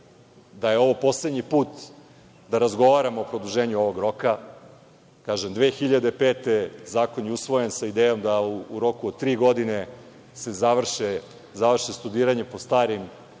da je ovo poslednji put da razgovaramo o produženju ovog roka. Kažem, 2005. godine zakon je usvojen sa idejom da u roku od tri godine se završi studiranje po starim programima,